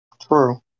True